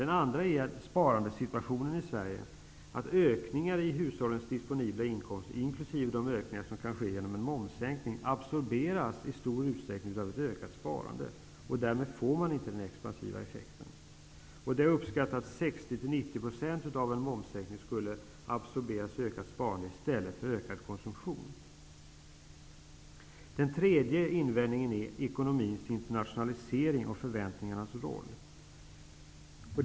Den andra är sparandesituationen i Sverige, att ökningar i hushållens disponibla inkomster -- inkl. de ökningar som kan ske genom en momssänkning -- i stor utsträckning absorberas av ett ökat sparande. Därmed får man inte den expansiva effekten. Det har uppskattats att 60--90 % av en momssänkning skulle absorberas av ökat sparande i stället för att leda till ökad konsumtion. Den tredje invändningen är ekonomisk internationalisering och förväntningarnas roll.